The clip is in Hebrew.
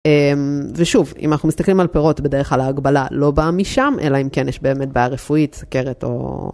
ושוב, אם אנחנו מסתכלים על פירות, בדרך כלל ההגבלה לא באה משם, אלא אם כן יש באמת בעיה רפואית, סכרת או...